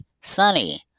sunny